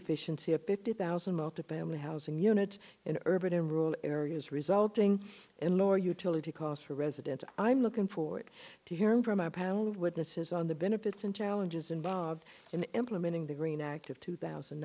efficiency of fifty thousand motive bama housing units in urban and rural areas resulting in lower utility costs for residents i'm looking forward to hearing from a panel of witnesses on the benefits and challenges involved in implementing the green act of two thousand